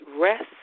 rest